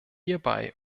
hierbei